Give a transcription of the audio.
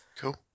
Cool